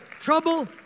trouble